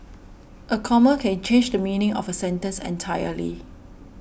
a comma can change the meaning of a sentence entirely